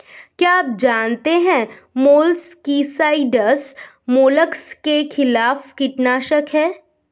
क्या आप जानते है मोलस्किसाइड्स मोलस्क के खिलाफ कीटनाशक हैं?